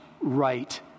right